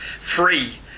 free